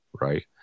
right